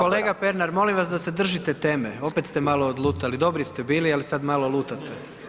Kolega Pernar, molim vas da se držite teme, opet ste malo odlutali, dobri ste bili ali sad malo lutate.